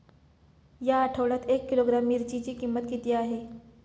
या आठवड्यात एक किलोग्रॅम मिरचीची किंमत किती आहे?